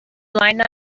line